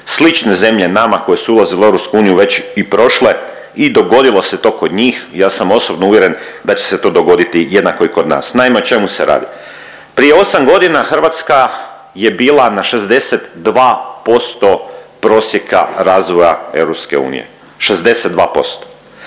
slične zemlje nama koje su ulazile u EU već i prošle i dogodilo se to kod njih. Ja sam osobno uvjeren da će se to dogoditi jednako i kod nas. Naime, o čemu se radi. Prije 8 godina Hrvatska je bila na 62% prosjeka razvoja EU, 62%.